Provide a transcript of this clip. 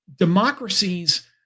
democracies